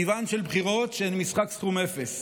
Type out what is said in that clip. טיבן של בחירות שהן משחק סכום אפס.